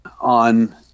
on –